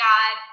God